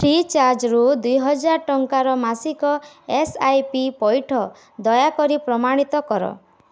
free ଚାର୍ଜ୍ରୁ ଦୁଇହଜାର ଟଙ୍କାର ମାସିକ ଏସ୍ ଆଇ ପି ପଇଠ ଦୟାକରି ପ୍ରମାଣିତ କର